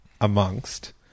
amongst